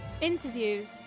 Interviews